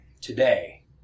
today